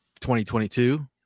2022